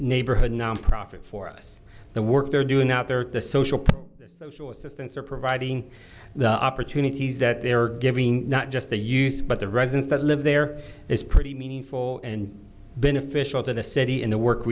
neighborhood nonprofit for us the work they're doing out there the social assistance they're providing the opportunities that they're giving not just the youth but the residents that live there is pretty meaningful and beneficial to the city in the work